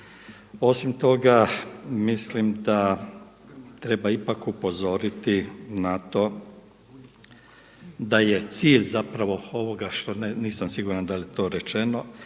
Osim toga, mislim da treba ipak upozoriti na to da je cilj zapravo ovoga nisam siguran da li je to rečeno,